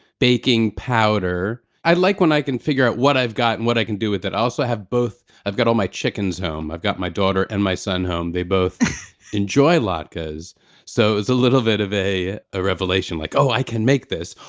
baking powder. i like when i can figure out what i've got and what i can do with it. i also have both, i've got all my chickens home, i've got my daughter and my son home. they both enjoy latkes so it was a little bit of a a revelation like, oh, i can make this.